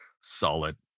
solid